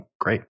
great